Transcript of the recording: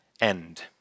end